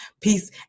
Peace